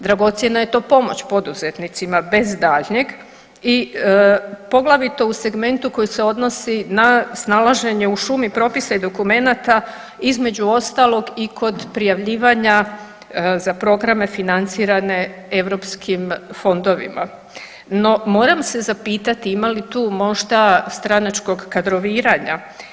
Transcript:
Dragocjena je to pomoć poduzetnicima bez daljnjeg i poglavito u segmentu koji se odnosni na snalaženje u šumi propisa i dokumenata, između ostalog i kod prijavljivanja za programe financirane europskim fondovima, no moram se zapitati ima li tu možda stranačkog kadroviranja?